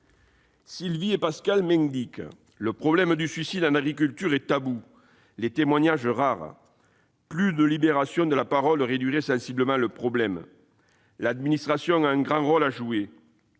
Sylvie et Pascal m'indiquent :« Le problème du suicide en agriculture est tabou, les témoignages rares. Une libération de la parole réduirait sensiblement le problème. L'administration a un grand rôle à jouer ;